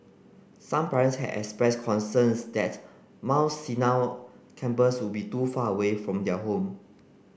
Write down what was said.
some parents had expressed concerns that Mount Sinai campus would be too far from their home